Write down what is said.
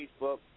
Facebook